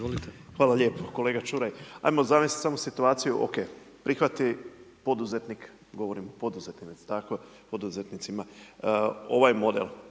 Hvala lijepa. Kolega Čuraj ajmo zavest samo situaciju OK, prihvati poduzetnik, govorim poduzetnik jel